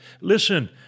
Listen